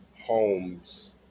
homes